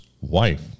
wife